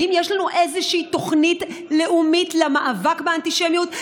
האם יש לנו איזושהי תוכנית לאומית למאבק באנטישמיות?